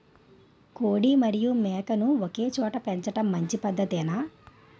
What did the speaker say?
కోడి మరియు మేక ను ఒకేచోట పెంచడం మంచి పద్ధతేనా?